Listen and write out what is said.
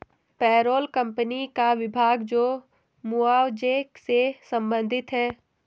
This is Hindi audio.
पेरोल कंपनी का विभाग जो मुआवजे से संबंधित है